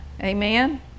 Amen